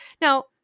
Now